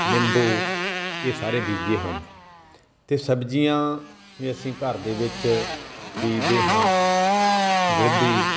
ਨਿੰਬੂ ਇਹ ਸਾਰੇ ਬੀਜੇ ਹੋਏ ਨੇ ਅਤੇ ਸਬਜ਼ੀਆਂ ਵੀ ਅਸੀਂ ਘਰ ਦੇ ਵਿੱਚ ਬੀਜਦੇ ਹਾਂ ਗੋਭੀ